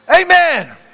Amen